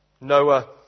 Noah